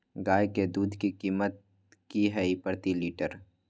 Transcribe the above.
गाय के दूध के कीमत की हई प्रति लिटर?